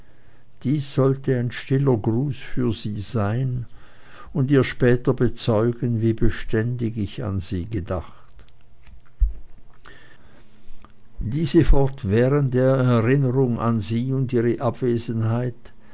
dies sollte ein stiller gruß für sie sein und ihr später bezeugen wie beständig ich an sie gedacht diese fortwährende erinnerung an sie und ihre abwesenheit